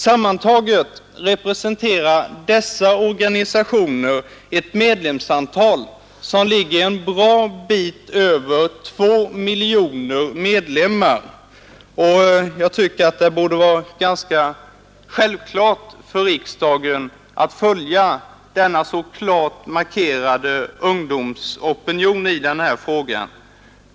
Sammantaget representerar dessa organisationer ett medlemsantal som ligger en bra bit över 2 miljoner medlemmar. Jag tycker det borde vara ganska självklart för riksdagen att följa denna så klart markerade ungdomsopinion i denna fråga.